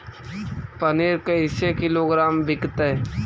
पनिर कैसे किलोग्राम विकतै?